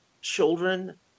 children